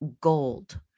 gold